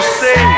say